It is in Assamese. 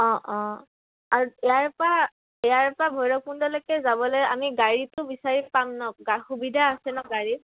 অঁ অঁ আৰু ইয়াৰপা ইয়াৰপা ভৈৰৱকুণ্ডলৈকে যাবলে আমি গাড়ীটো বিচাৰি পাম না সুবিধা আছে ন গাড়ীত